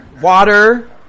water